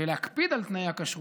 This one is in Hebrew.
ולהקפיד על תנאי הכשרות,